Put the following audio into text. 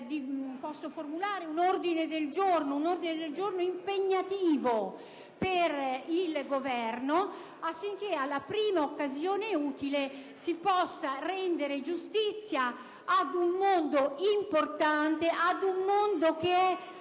formulo un ordine del giorno impegnativo per il Governo affinché alla prima occasione utile si possa rendere giustizia ad un mondo importante, superiore a quello